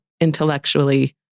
intellectually